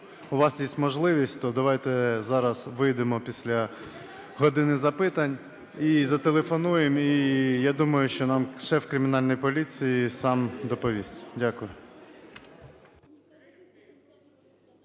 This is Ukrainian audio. у вас є можливість, то давайте зараз вийдемо після "години запитань" і зателефонуємо, і я думаю, що нам шеф кримінальної поліції сам доповість. Дякую.